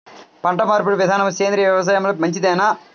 పంటమార్పిడి విధానము సేంద్రియ వ్యవసాయంలో మంచిదేనా?